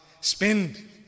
spend